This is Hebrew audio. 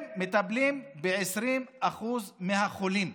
הם מטפלים ב-20% מהחולים.